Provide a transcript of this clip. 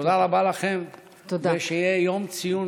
תודה רבה לכם ושיהיה יום ציון